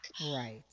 Right